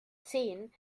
zehn